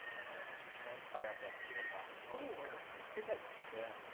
um rightie, well, let's fire up that spirit box. ooh, god, did you hear that spring? yeah.